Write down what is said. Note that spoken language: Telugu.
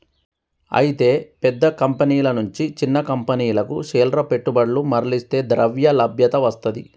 అయితే పెద్ద కంపెనీల నుంచి చిన్న కంపెనీలకు పేర్ల పెట్టుబడులు మర్లిస్తే ద్రవ్యలభ్యత వస్తది